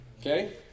okay